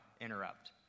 interrupt